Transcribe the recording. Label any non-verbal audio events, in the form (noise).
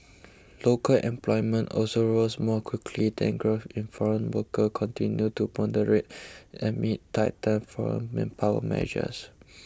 local employment also rose more quickly and growth in foreign workers continued to moderate amid tightened foreign manpower measures (noise)